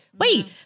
Wait